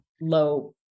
low